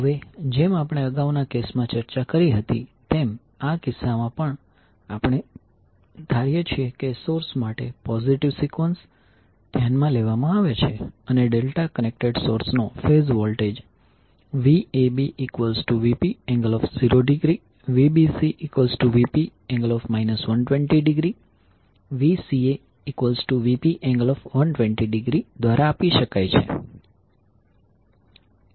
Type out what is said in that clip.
હવે જેમ આપણે અગાઉના કેસ માં ચર્ચા કરી હતી તેમ આ કિસ્સામાં પણ આપણે ધારીએ છીએ કે સોર્સ માટે પોઝીટીવ સિકવન્સ ધ્યાનમાં લેવામાં આવે છે અને ડેલ્ટા કનેક્ટેડ સોર્સનો phase voltage VabVp∠0° VbcVp∠ 120° VcaVp∠120° દ્વારા આપી શકાય છે